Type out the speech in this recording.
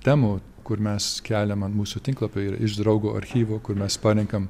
temų kur mes keliam an mūsų tinklapio ir iš draugo archyvo kur mes parenkam